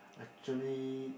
actually